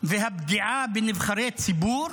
והפגיעה בנבחרי ציבור,